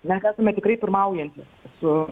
mes esame tikrai pirmaujantys su